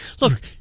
Look